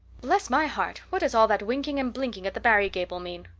bless my heart! what does all that winking and blinking at the barry gable mean?